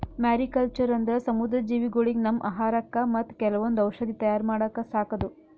mariculture ಅಂದ್ರ ಸಮುದ್ರ ಜೀವಿಗೊಳಿಗ್ ನಮ್ಮ್ ಆಹಾರಕ್ಕಾ ಮತ್ತ್ ಕೆಲವೊಂದ್ ಔಷಧಿ ತಯಾರ್ ಮಾಡಕ್ಕ ಸಾಕದು